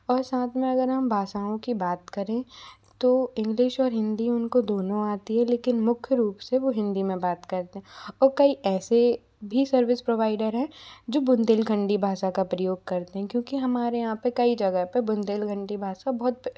और साथ में अगर हम भाषाओं की बात करें तो इंग्लिश और हिन्दी उनको दोनों आती है लेकिन मुख्य रूप से वो हिन्दी मे बात करते है और कई ऐसे भी सर्विस प्रोवाइडर है जो बुन्देलखण्डी भाषा का प्रयोग करते है क्योंकि हमारे यहाँ पे बुन्देलखण्ड की भाषा बहुत